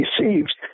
received